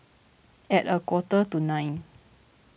at a quarter to nine